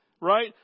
right